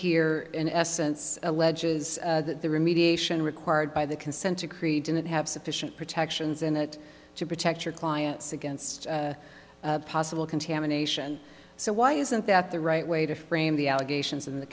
here in essence alleges that the remediation required by the consent decree didn't have sufficient protections in it to protect your clients against possible contamination so why isn't that the right way to frame the allegations in the